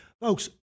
folks